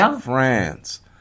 France